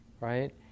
right